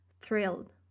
thrilled